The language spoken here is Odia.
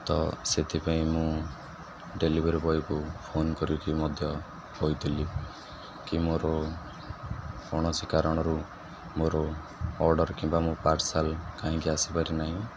ତ ସେଥିପାଇଁ ମୁଁ ଡେଲିଭରି ବୟକୁ ଫୋନ୍ କରିକି ମଧ୍ୟ କହିଥିଲି କି ମୋର କୌଣସି କାରଣରୁ ମୋର ଅର୍ଡ଼ର୍ କିମ୍ବା ମୋ ପାର୍ସଲ୍ କାହିଁକି ଆସିପାରି ନାହିଁ